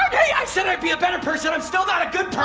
i said i'd be a better person, i'm still not a good